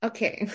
Okay